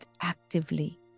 actively